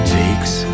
takes